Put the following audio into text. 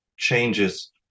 changes